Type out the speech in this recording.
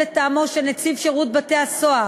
לטעמו של נציב שירות בתי-הסוהר,